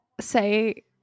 say